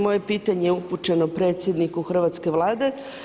Moje pitanje je upućeno predsjedniku hrvatske Vlade.